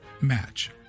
match